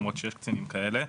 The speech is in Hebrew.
למרות שיש קצינים כאלה,